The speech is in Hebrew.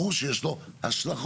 ברור שיש לו השלכות.